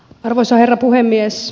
arvoisa herra puhemies